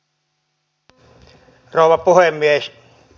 arvoisa rouva puhemies